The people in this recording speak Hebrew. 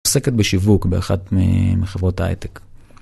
עוסקת בשיווק באחת מחברות הייטק.